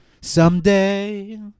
Someday